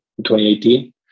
2018